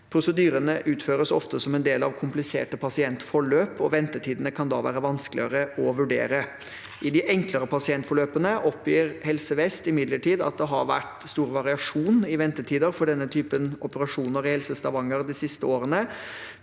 Prosedyrene utføres ofte som en del av kompliserte pasientforløp, og ventetidene kan da være vanskeligere å vurdere. I de enklere pasientforløpene oppgir Helse vest imidlertid at det har vært stor variasjon i ventetider for denne typen operasjoner i Helse